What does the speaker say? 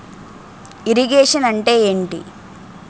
Irrigation అంటే ఏంటీ?